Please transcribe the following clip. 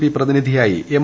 P പ്രതിനിധിയായി M